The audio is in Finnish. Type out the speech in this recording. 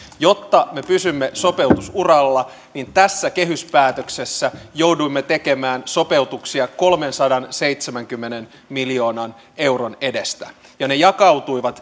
jotta me pysymme sopeutusuralla niin tässä kehyspäätöksessä jouduimme tekemään sopeutuksia kolmensadanseitsemänkymmenen miljoonan euron edestä ne jakautuivat